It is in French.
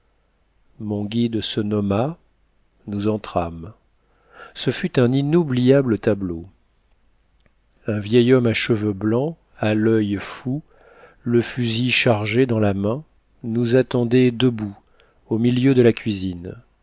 mon guide se nomma nous entrâmes ce fut un inoubliable tableau un vieux homme à cheveux blancs à l'oeil fou le fusil chargé dans la main nous attendait debout au milieu de la cuisine